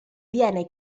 viene